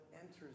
enters